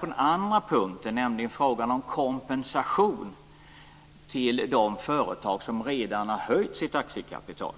Den andra punkten är frågan om kompensation till de företag som redan har höjt sitt aktiekapital.